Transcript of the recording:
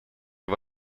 его